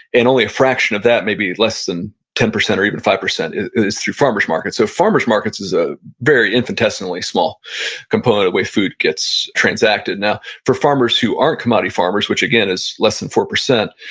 and only a fraction of that, maybe less than ten percent or even five percent is through farmer's markets. so farmer's markets is a very infant testily small component way food gets transacted. now for farmers who aren't commodity farmers, which again is less than four percent,